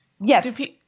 Yes